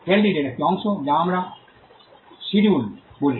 sell deed এর একটি অংশ যা আমরা শিডিউল বলি